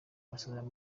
amasezerano